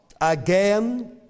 again